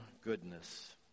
goodness